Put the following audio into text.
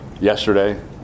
yesterday